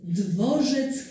dworzec